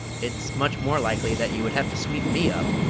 it's much more likely that you would have to sweep me up!